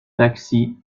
taxi